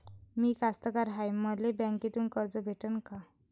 मी कास्तकार हाय, मले बँकेतून कर्ज भेटन का?